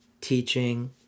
teaching